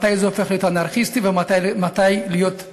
מתי זה הופך להיות אנרכיסטי ומתי זה דמוקרטי.